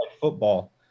football